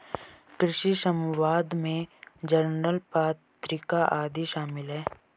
कृषि समवाद में जर्नल पत्रिका आदि शामिल हैं